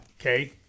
Okay